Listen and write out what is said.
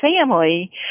family